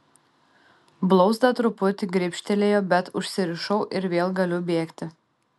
blauzdą truputį gribštelėjo bet užsirišau ir vėl galiu bėgti